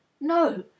No